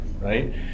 right